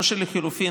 או שלחלופין,